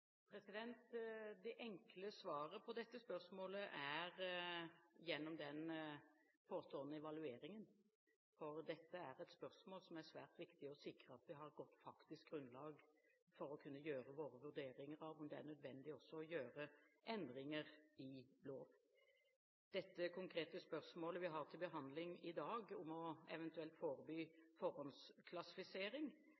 Det enkle svaret på dette spørsmålet er at det får vi svar på gjennom den forestående evalueringen. Dette er et spørsmål som er svært viktig å sikre at vi har faktisk grunnlag for å kunne gjøre våre vurderinger av om det er nødvendig også å gjøre endringer i lov. Dette konkrete spørsmålet vi har til behandling i dag, om eventuelt å